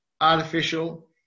artificial